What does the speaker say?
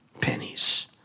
pennies